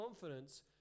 confidence